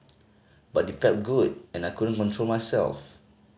but it felt good and I couldn't control myself